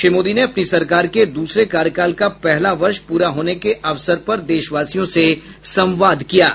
श्री मोदी ने अपनी सरकार के दूसरे कार्यकाल का पहला वर्ष पूरा होने के अवसर पर देशवासियों से संवाद किया है